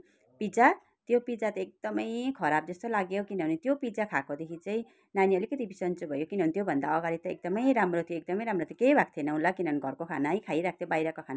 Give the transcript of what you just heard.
pizza त्यो pizza त एकदमै खराब जस्तै लाग्यो हो किनभने त्यो पिज्जा खाएकोदेखि चाहिँ नानी अलिकति बिसन्च भयो किनभने त्योभन्दा अगाडि त एकदमै राम्रो थियो एकदमै राम्रो थियो केही भएको थिएन उसलाई किनभने घरको खानै खाइरहेको थियो बाहिरको खाना